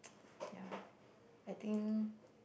yeah I think